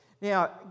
Now